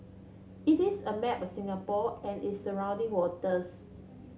it is a map of Singapore and its surrounding waters